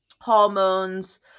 hormones